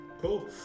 Cool